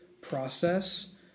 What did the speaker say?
process